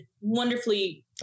wonderfully